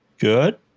good